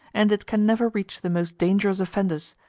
and it can never reach the most dangerous offenders,